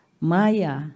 Maya